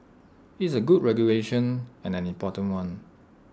IT is A good regulation and an important one